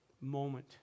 moment